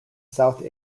south